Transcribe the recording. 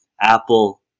Apple